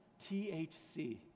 THC